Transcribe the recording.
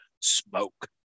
Smoke